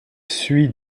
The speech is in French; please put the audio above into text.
suit